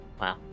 Wow